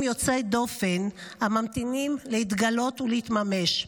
יוצאי דופן הממתינים להתגלות ולהתממש.